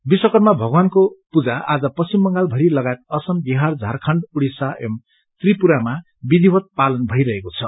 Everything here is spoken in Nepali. विश्वकर्म भगवानको पूजा आज पश्चिम बंगाल भरि लगायत असम बिहार झारखण्ड ओडिसा एंव त्रिपुरामा विधिवत पालन भई रहेको छ